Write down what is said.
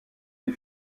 des